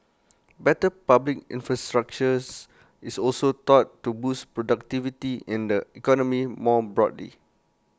better public infrastructure is also thought to boost productivity in the economy more broadly